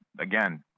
again